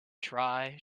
try